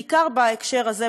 בעיקר בהקשר הזה,